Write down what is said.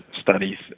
studies